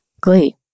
glee